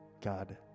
God